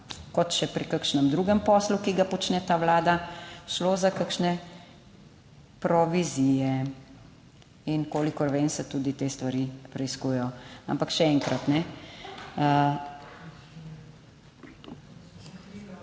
kot še pri kakšnem drugem poslu, ki ga počne ta Vlada, šlo za kakšne provizije in kolikor vem se tudi te stvari preiskujejo. Ampak še enkrat,